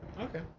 Okay